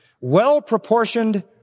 well-proportioned